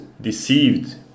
deceived